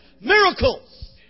miracles